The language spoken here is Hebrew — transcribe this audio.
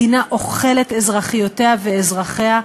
מדינה אוכלת אזרחיותיה ואזרחיה,